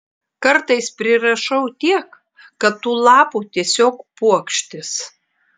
kartais prirašau tiek kad tų lapų tiesiog puokštės